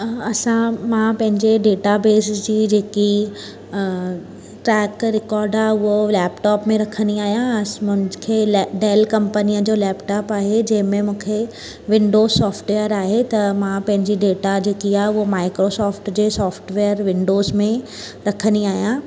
असां मां पंहिंजे डेटा बेस जी जेकी ट्रेक रीकॉड आहे उहो लैपटॉप में रखंदी आहियां अस मूंखे ले डेल कंपनीअ जो लैपटॉप आहे जंहिं में मूंखे विंडो सोफ़्टवेर आहे त मां पंहिंजी डेटा जेकी आहे हूअ माइक्रोसोफ़्ट जे सोफ़्टवेर विंडोज़ में रखंदी आहियां